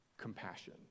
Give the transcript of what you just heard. compassion